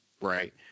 Right